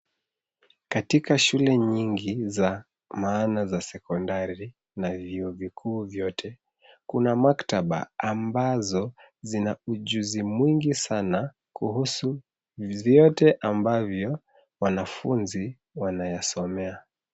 Katika shule nyingi za maana za sekondari na vyuo vikuu vyote, kuna maktaba ambazo zina ujuzi mwingi sana kuhusu vyote ambavyo wanafunzi wanayasomea.